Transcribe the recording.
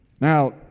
Now